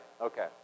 Okay